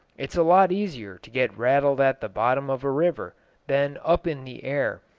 it's a lot easier to get rattled at the bottom of a river than up in the air,